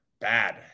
bad